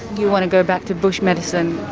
you want to go back to bush medicine?